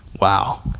wow